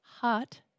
hot